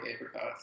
apricots